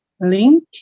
link